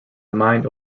mind